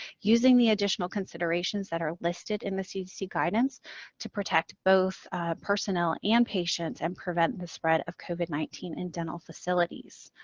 using the additional considerations that are listed in the cdc guidance to protect both personnel and patients and prevent the spread of covid nineteen in dental facilities.